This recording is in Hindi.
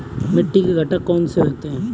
मिट्टी के घटक कौन से होते हैं?